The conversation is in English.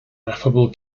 affable